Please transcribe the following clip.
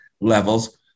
levels